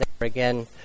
again